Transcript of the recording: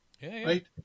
Right